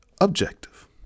objective